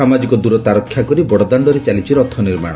ସାମାଜିକ ଦିରତା ରକ୍ଷା କରି ବଡଦାଶ୍ଡରେ ଚାଲିଛି ରଥନିର୍ମାଣ